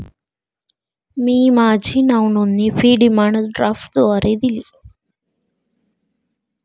मी माझी नावनोंदणी fee demand ड्राफ्टद्वारे दिली